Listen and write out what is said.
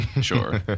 sure